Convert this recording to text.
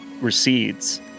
recedes